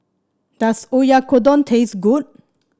does Oyakodon taste good